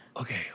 Okay